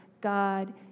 God